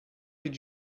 did